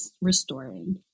restoring